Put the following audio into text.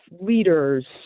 leaders